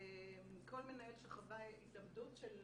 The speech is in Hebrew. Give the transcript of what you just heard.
כל מנהל שחווה התאבדות של